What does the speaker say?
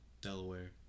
Delaware